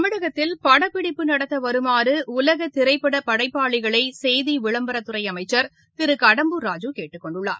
தமிழகத்தில் படப்பிடிப்பு நடத்த வருமாறு உலகத் திரைப்பட படைப்பாளிகளை செய்தி விளம்பரத் துறை அமைச்சர் திரு கடம்பூர் ராஜு கேட்டுக் கொண்டுள்ளார்